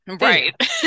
Right